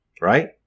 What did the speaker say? right